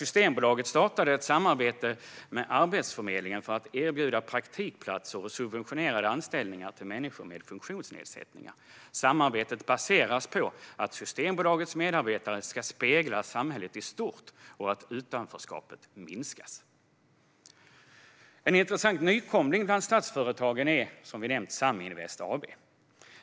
Systembolaget startade ett samarbete med Arbetsförmedlingen för att erbjuda praktikplatser och subventionerade anställningar till människor med funktionsnedsättningar. Samarbetet baseras på att Systembolagets medarbetare ska spegla samhället i stort och att utanförskapet ska minskas. En intressant nykomling bland statsföretagen är, som nämnts, Saminvest AB.